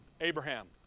Abraham